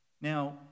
Now